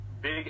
Big